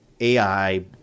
AI